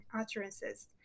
utterances